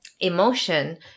emotion